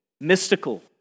mystical